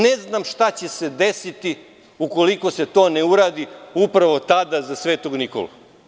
Ne znam šta će se desiti ukoliko se to ne uradi upravo tada za Svetog Nikolu?